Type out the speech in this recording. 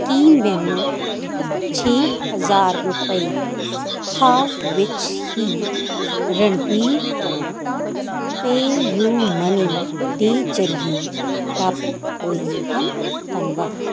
ਕੀ ਮੈਨੂੰ ਛੇ ਹਜ਼ਾਰ ਰੁਪਏ ਹਾਲ ਵਿੱਚ ਹੀ ਰਣਬੀਰ ਤੋਂ ਪੈਯੁ ਮਨੀ ਦੇ ਜ਼ਰੀਏ ਪ੍ਰਾਪਤ ਹੋਏ ਹਨ ਧੰਨਵਾਦ